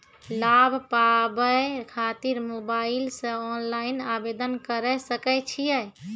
लाभ पाबय खातिर मोबाइल से ऑनलाइन आवेदन करें सकय छियै?